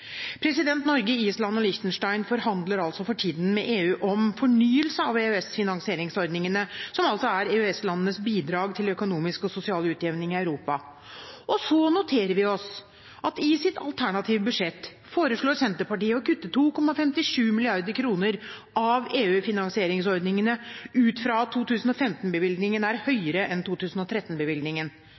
Norge, Island og Liechtenstein forhandler for tiden med EU om fornyelse av EØS-finanseringsordningene, som er EØS-landenes bidrag til økonomisk og sosial utjevning i Europa. Vi noterer oss at i sitt alternative budsjett foreslår Senterpartiet å kutte 2,57 mrd. kr av EU-finansieringsordningene ut fra at 2015-bevilgningen er høyere enn